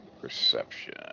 perception